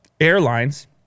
airlines